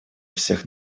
всех